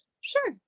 Sure